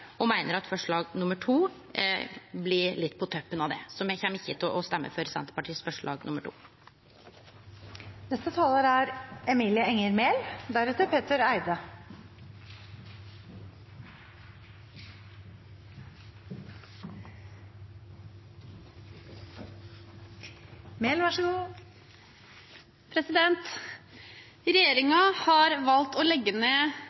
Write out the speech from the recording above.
Me meiner at forslag nr. 2 blir litt på toppen av det, så me kjem ikkje til å stemme for forslag nr. 2, frå Senterpartiet. Regjeringen har valgt å legge ned